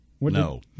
no